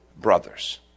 brothers